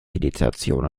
meditation